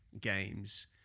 games